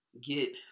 get